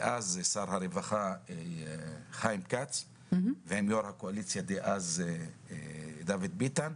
הרווחה דאז חיים כץ ועם יושב-ראש הקואליציה דאז דוד ביטן,